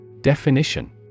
Definition